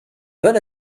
bonne